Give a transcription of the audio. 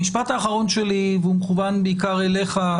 המשפט האחרון שלי הוא מכוון בעיקר אליך,